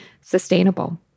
sustainable